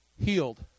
Healed